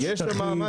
שטחים,